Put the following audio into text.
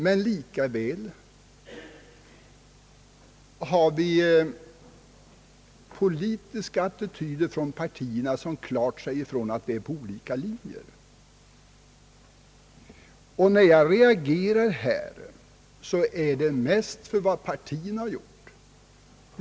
Men lika väl har vi politiska attityder hos partierna, som klart säger ifrån att vi är på olika linjer. När jag här reagerar är det mest för vad partierna har gjort.